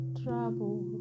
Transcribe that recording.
trouble